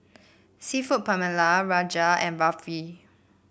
seafood Paella Rajma and Barfi